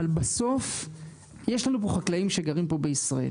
אבל בסוף יש לנו פה חקלאים שגרים פה בישראל